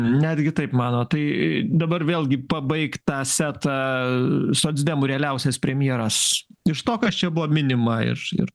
netgi taip manot tai dabar vėlgi pabaigt tą setą socdemų realiausias premjeras iš to kas čia buvo minima ir ir